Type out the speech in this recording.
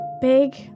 Big